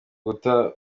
guta